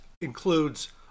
includes